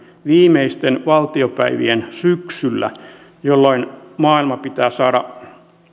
viimeisten valtiopäivien syksyllä jolloin maailma pitää saada